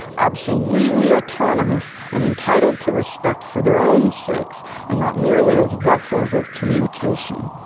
absolutely autonomous and entitled to respect for their own sakes and not merely as vessels of communication.